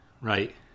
right